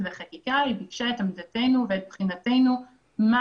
היא ביקשה את עמדתנו ואת בחינתנו מה